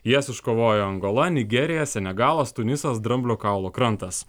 jas iškovojo angola nigerija senegalas tunisas dramblio kaulo krantas